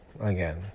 again